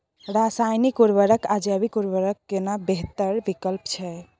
रसायनिक उर्वरक आ जैविक उर्वरक केना बेहतर विकल्प छै?